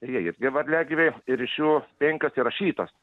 ir jie irgi varliagyviai ir iš jų penkios įrašytos